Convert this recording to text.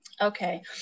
Okay